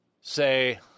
Say